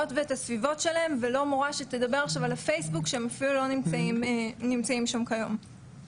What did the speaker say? הדר להב, חוקרת פגיעות מיניות ברשת, בבקשה.